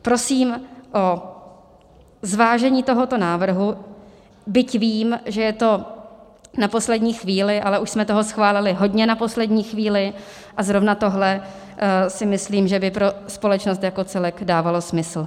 Prosím o zvážení tohoto návrhu, byť vím, že je to na poslední chvíli, ale už jsme toho schválili hodně na poslední chvíli a zrovna tohle si myslím, že by pro společnost jako celek dávalo smysl.